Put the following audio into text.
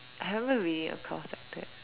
I haven't read across like that